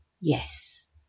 Yes